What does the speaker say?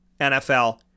NFL